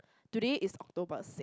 today is October